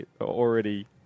already